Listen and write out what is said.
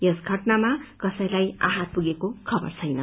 यस घटनामा कसैलाई आहज पुगेको खबर छैन